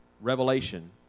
revelation